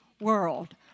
world